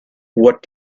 what